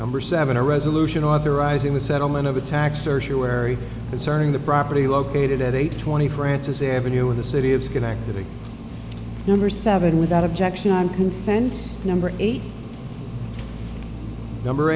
number seven a resolution authorizing the settlement of a tax search or wary concerning the property located at eight twenty francis avenue in the city of schenectady number seven without objection on consent number eight number